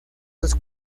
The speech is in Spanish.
los